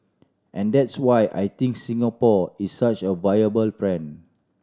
and that's why I think Singapore is such a viable friend